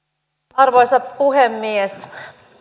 arvoisa puhemies